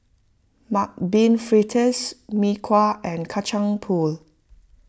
Mung Bean Fritters Mee Kuah and Kacang Pool